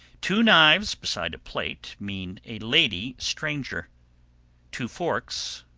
two knives beside a plate mean a lady stranger two forks,